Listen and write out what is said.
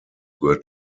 were